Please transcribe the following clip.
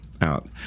out